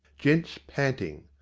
gents' panting.